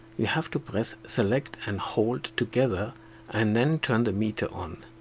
you have to press select and hold together and then turn the meter on.